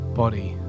body